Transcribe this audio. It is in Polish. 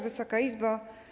Wysoka Izbo!